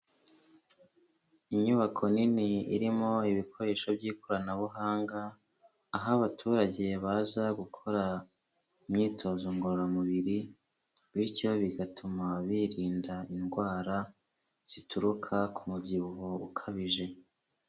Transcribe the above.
Inyubako nini irimo ibikoresho by'ikoranabuhanga. aho abaturage baza gukora imyitozo ngororamubiri bityo bigatuma birinda indwara zituruka ku mubyibuho ukabije.